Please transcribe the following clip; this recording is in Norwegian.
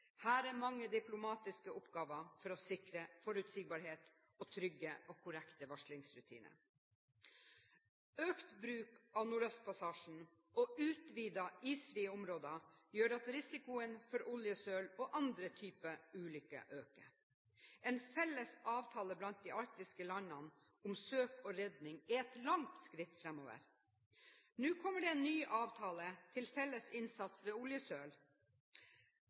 Her er det mange diplomatiske oppgaver for å sikre forutsigbarhet og trygge og korrekte varslingsrutiner. Økt bruk av Nordøstpassasjen og utvidede isfrie områder gjør at risikoen for oljesøl og andre typer ulykker øker. En felles avtale blant de arktiske landene om søk og redning er et langt skritt framover. Nå kommer det en ny avtale knyttet til felles innsats ved oljesøl.